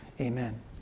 Amen